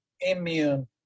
immune